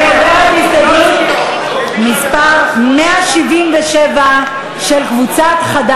אני עוברת להסתייגות מס' 168 של קבוצת בל"ד.